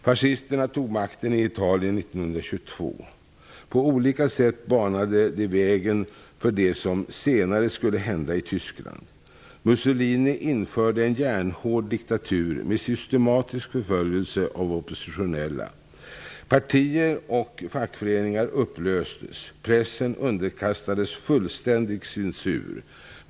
Fascisterna tog makten i Italien 1922. På olika sätt banade de vägen för det som senare skulle hända i Tyskland. Mussolini införde en järnhård diktatur med systematisk förföljelse av oppositionella. Partier och fackföreningar upplöstes, pressen underkastades fullständig censur.